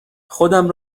خودم